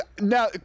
now